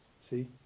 See